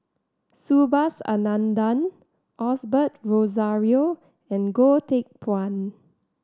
Subhas Anandan Osbert Rozario and Goh Teck Phuan